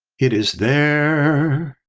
it is there.